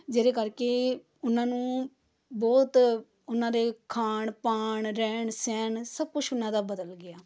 ਜਿਹਦੇ ਕਰਕੇ ਉਹਨਾਂ ਨੂੰ ਬਹੁਤ ਉਹਨਾਂ ਦੇ ਖਾਣ ਪਾਣ ਰਹਿਣ ਸਹਿਣ ਸਭ ਕੁਛ ਉਹਨਾਂ ਦਾ ਬਦਲ ਗਿਆ